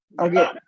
Okay